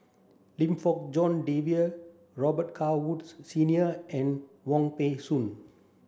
Lim Fong Jock David Robet Carr Woods Senior and Wong Peng Soon